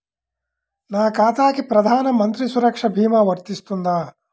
నా ఖాతాకి ప్రధాన మంత్రి సురక్ష భీమా వర్తిస్తుందా?